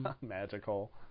magical